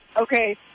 Okay